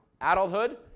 Adulthood